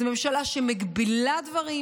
זו ממשלה שמגבילה דברים,